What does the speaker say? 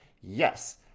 Yes